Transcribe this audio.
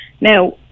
Now